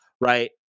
Right